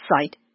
site